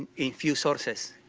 a few sources,